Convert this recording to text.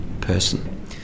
person